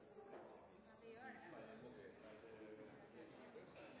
same